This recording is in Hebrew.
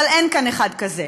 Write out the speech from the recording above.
אבל אין כאן אחד כזה,